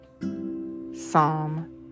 Psalm